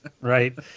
right